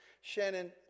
Shannon